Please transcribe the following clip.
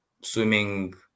swimming